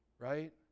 right